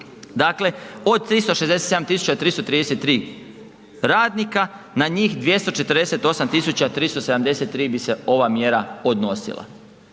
dakle od 367 333 radnika, na njih 248 373 bi se ova mjera odnosila,